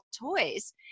toys